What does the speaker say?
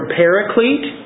paraclete